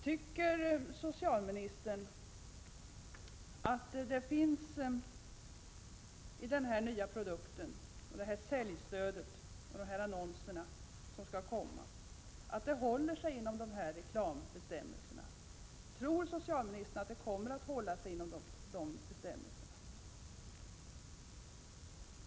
Tycker socialministern att man när det gäller det här säljstödet och den här annonseringen för den produkt som skall komma håller sig inom reklambestämmelserna?